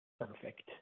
Perfect